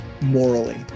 morally